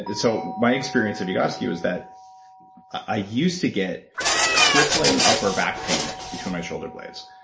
and so my experience of egoscue was that i used to get crippling upper back pains between my shoulder blades,